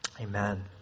Amen